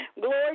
Glory